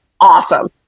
Awesome